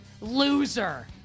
loser